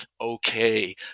okay